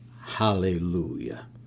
Hallelujah